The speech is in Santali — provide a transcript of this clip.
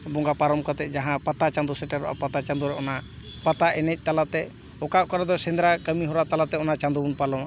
ᱵᱚᱸᱜᱟ ᱯᱟᱨᱚᱢ ᱠᱟᱛᱮ ᱡᱟᱦᱟᱸ ᱯᱟᱛᱟ ᱪᱟᱸᱫᱳ ᱥᱮᱴᱮᱨᱚᱜᱼᱟ ᱯᱟᱛᱟ ᱪᱟᱸᱫᱳ ᱨᱮ ᱚᱱᱟ ᱯᱟᱛᱟ ᱮᱱᱮᱡ ᱛᱟᱞᱟᱛᱮ ᱚᱠᱟ ᱚᱠᱟ ᱨᱮᱫᱚ ᱥᱮᱸᱫᱨᱟ ᱠᱟᱹᱢᱤ ᱦᱚᱨᱟ ᱛᱟᱞᱟᱛᱮ ᱚᱱᱟ ᱪᱟᱸᱫᱳ ᱵᱚᱱ ᱯᱟᱞᱚᱱᱟ